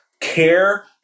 care